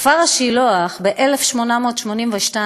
כפר-השילוח נוסד ב-1882.